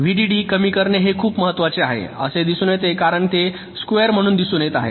VDD कमी करणे खूप महत्वाचे आहे असे दिसते कारण ते स्क्युअर म्हणून दिसून येत आहे